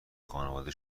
خانواده